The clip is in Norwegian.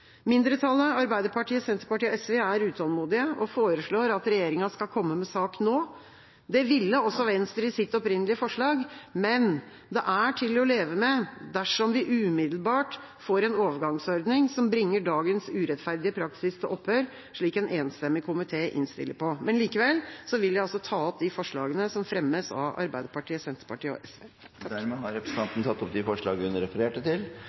Mindretallet, Arbeiderpartiet, Senterpartiet og SV, er utålmodig og foreslår at regjeringa skal komme med sak nå. Det ville også Venstre i sitt opprinnelige forslag. Men det er til å leve med, dersom vi umiddelbart får en overgangsordning som bringer dagens urettferdige praksis til opphør, slik en enstemmig komité innstiller på. Likevel vil jeg ta opp de forslagene som fremmes av Arbeiderpartiet, Senterpartiet og SV. Representanten Lise Christoffersen har tatt opp de forslagene hun refererte til.